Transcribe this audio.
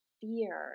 fear